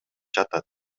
жатат